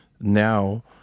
now